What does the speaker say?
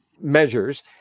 measures